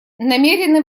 намерены